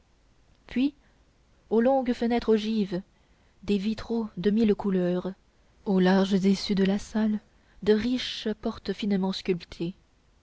puis aux longues fenêtres ogives des vitraux de mille couleurs aux larges issues de la salle de riches portes finement sculptées